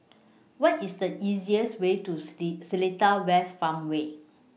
What IS The easiest Way to Seletar West Farmway